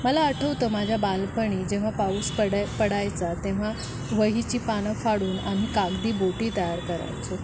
मला आठवतं माझ्या बालपणी जेव्हा पाऊस पडाय पडायचा तेव्हा वहीची पानं फाडून आम्ही कागदी बोटी तयार करायचो